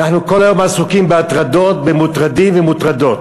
אנחנו כל היום עסוקים בהטרדות, במוטרדים ומוטרדות.